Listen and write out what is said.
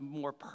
more